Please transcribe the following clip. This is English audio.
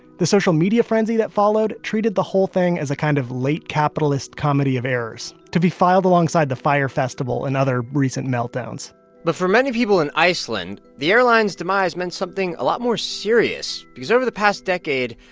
the social media frenzy that followed treated the whole thing as a kind of late-capitalist comedy of errors, to be filed alongside the fyre festival and other recent meltdowns but for many people in iceland, the airline's demise meant something a lot more serious because over the past decade,